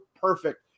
perfect